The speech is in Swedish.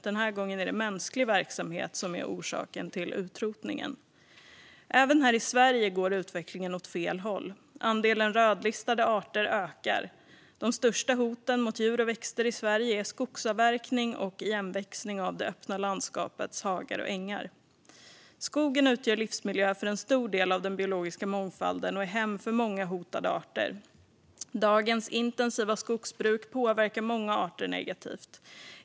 Den här gången är det mänsklig verksamhet som är orsaken till utrotningen. Även här i Sverige går utvecklingen åt fel håll. Andelen rödlistade arter ökar. De största hoten mot djur och växter i Sverige är skogsavverkning och igenväxning av det öppna landskapets hagar och ängar. Skogen utgör livsmiljö för en stor del av den biologiska mångfalden och är hem för många hotade arter. Dagens intensiva skogsbruk påverkar många arter negativt.